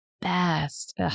best